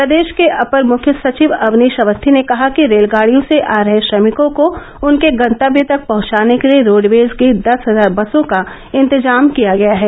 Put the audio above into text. प्रदेश के अपर मुख्य सचिव अवनीश अवस्थी ने कहा कि रेलगाड़ियों से आ रहे श्रमिकों को उनके गंतव्य तक पहुंचाने के लिए रोडवेज की दस हजार बसों का इंतजाम किया गया है